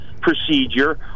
procedure